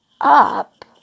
up